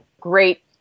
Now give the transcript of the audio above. great